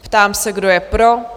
Ptám se, kdo je pro?